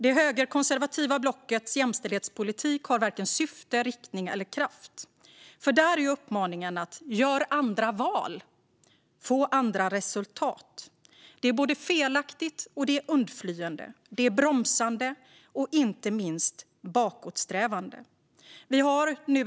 Det högerkonservativa blockets jämställdhetspolitik har varken syfte, riktning eller kraft. Där är uppmaningen: Gör andra val, få andra resultat! Det är både felaktigt och undflyende. Det är bromsande och inte minst bakåtsträvande.